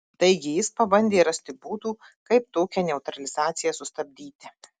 taigi jis pabandė rasti būdų kaip tokią neutralizaciją sustabdyti